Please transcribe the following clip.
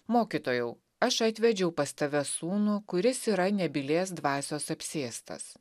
mokytojau aš atvedžiau pas tave sūnų kuris yra nebylės dvasios apsėstas